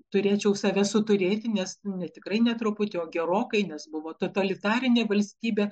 turėčiau save suturėti nes ne tikrai ne truputį o gerokai nes buvo totalitarinė valstybė